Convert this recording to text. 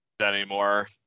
anymore